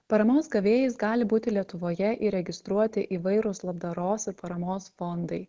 paramos gavėjais gali būti lietuvoje įregistruoti įvairūs labdaros ir paramos fondai